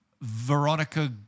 Veronica